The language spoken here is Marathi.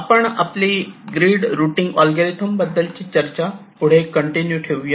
आपण आपली ग्रीड रुटींग अल्गोरिदम बद्दल चर्चा पुढे कंटिन्यू ठेवूया